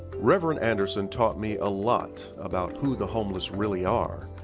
reverend anderson taught me a lot about who the homeless really are,